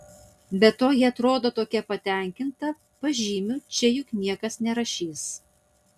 be to ji atrodo tokia patenkinta pažymių čia juk niekas nerašys